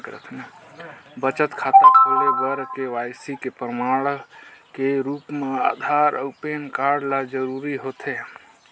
बचत खाता खोले बर के.वाइ.सी के प्रमाण के रूप म आधार अऊ पैन कार्ड ल जरूरी होथे